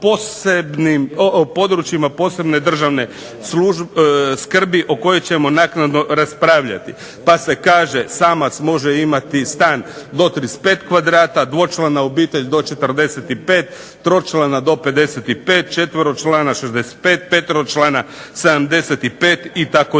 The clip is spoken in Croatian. o područjima posebne državne skrbi, o kojoj ćemo naknadno raspravljati, pa se kaže samac može imati stan do 35 kvadrata, dvočlana obitelj do 45, tročlana do 55, četveročlana 65, peteročlana 75 itd.